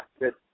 good